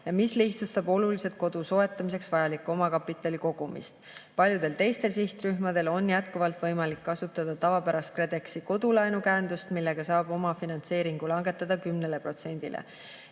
mis lihtsustab oluliselt kodu soetamiseks vajaliku omakapitali kogumist. Paljudel teistel sihtrühmadel on jätkuvalt võimalik kasutada tavapärast KredExi kodulaenukäendust, millega saab omafinantseeringu langetada 10%‑le.